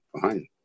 Fine